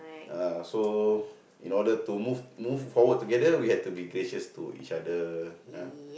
uh so in order to move move forward together we have to be gracious to each other ah